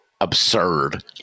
absurd